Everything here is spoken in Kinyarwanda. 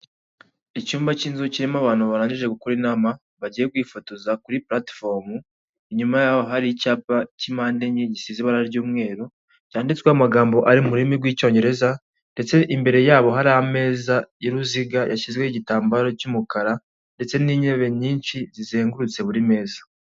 Icyumba cy'inzu kirimo abantu barangije gukora inama bagiye kwifotoza kuri puratifomu, inyuma y'aho hari icyapa cy'impande enye gisize ibara ry'umweru, cyanditsweho amagambo ari mu rurimi rw'icyongereza. Ndetse imbere yabo hari ameza y'uruziga yashyizweho igitambaro cy'umukara ndetse n'intebe nyinshi zizengurutse buri meza.